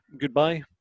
Goodbye